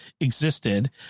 existed